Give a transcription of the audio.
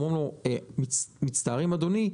אמרו לו: מצטערים אדוני,